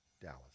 Dallas